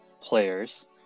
players